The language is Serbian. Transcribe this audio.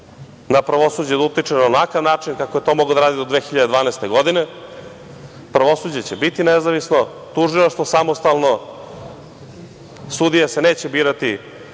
na pravosuđe da utiče na onakav način kako je to mogao da radi do 2012. godine. Pravosuđe će biti nezavisno, tužilaštvo samostalno, sudije se neće birati